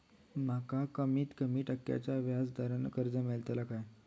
माका कमीत कमी टक्क्याच्या व्याज दरान कर्ज मेलात काय?